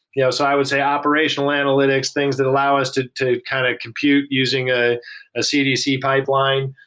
you know so i would say operational analytics, things that allow us to to kind of compute using a ah cdc pipeline.